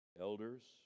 elders